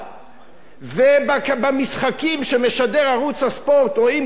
ובמשחקים שמשדר ערוץ הספורט רואים כדור צהוב,